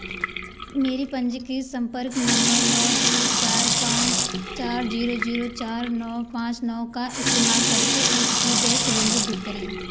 मेरे पंजीकृत संपर्क नंबर नौ दो चार पाँच चार जीरो जीरो चार नौ पाँच नौ का इस्तेमाल करके H P gas cylinder book करें